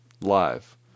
Live